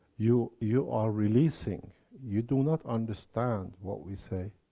you you are releasing. you do not understand what we say.